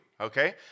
okay